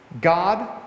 God